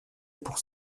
pour